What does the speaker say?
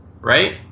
right